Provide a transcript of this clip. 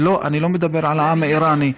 אני לא מדבר על העם האיראני,